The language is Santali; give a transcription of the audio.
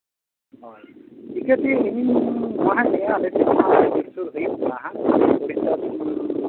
ᱦᱳᱭ ᱴᱷᱤᱠ ᱟᱪᱷᱮ ᱤᱧ